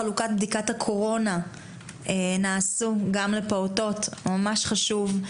חלוקת בדיקות הקורונה גם לפעוטות ממש חשוב.